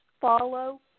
follow